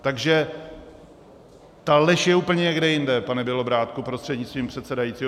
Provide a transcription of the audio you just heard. Takže ta lež je někde úplně někde jinde, pane Bělobrádku prostřednictvím předsedajícího.